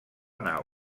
nau